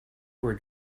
were